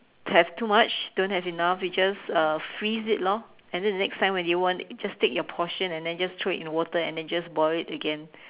have too much don't have enough you just uh freeze it lor and then the next time when you want just take your portion and then just throw it in water and then just boil it again